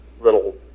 little